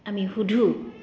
আমি সুধো